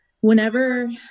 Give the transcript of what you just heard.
whenever